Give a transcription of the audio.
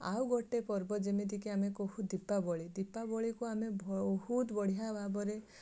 ଆଉ ଗୋଟେ ପର୍ବ ଯେମିତିକି ଆମେ କହୁ ଦୀପାବଳି ଦୀପାବଳୀକୁ ଆମେ ବହୁତ ବଢ଼ିଆ ଭାବରେ